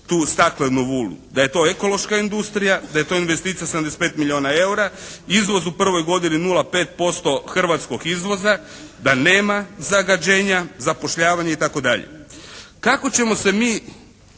tu staklenu vunu da je to ekološka industrija, da je to investicija 75 milijuna eura. Izvoz u prvoj godini 0,5% hrvatskog izvoza, da nema zagađenja, zapošljavanje itd. Kako ćemo se mi